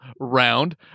round